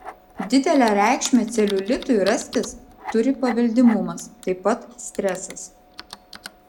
didelę reikšmę celiulitui rastis turi paveldimumas taip pat stresas